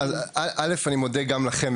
ראשית אני מודה לכם,